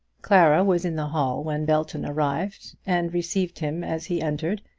clara was in the hall when belton arrived, and received him as he entered,